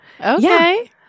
Okay